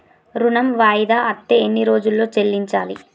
ఋణం వాయిదా అత్తే ఎన్ని రోజుల్లో చెల్లించాలి?